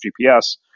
GPS –